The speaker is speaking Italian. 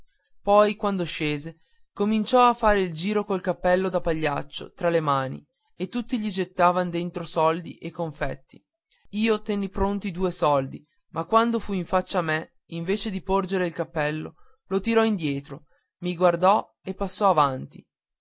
poi quando scese cominciò a fare il giro del circo col cappello da pagliaccio tra le mani e tutti ci gettavan dentro soldi e confetti io tenni pronti due soldi ma quando fu in faccia a me invece di porgere il cappello lo tirò indietro mi guardò e passò avanti